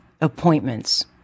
appointments